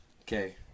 Okay